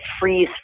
freeze